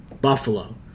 Buffalo